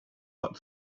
back